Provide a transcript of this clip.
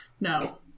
No